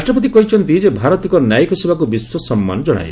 ରାଷ୍ଟ୍ରପତି କହିଛନ୍ତି ଯେ ଭାରତୀୟ ନ୍ୟାୟିକ ସେବାକୁ ବିଶ୍ୱ ସମ୍ମାନ ଜଣାଏ